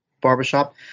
barbershop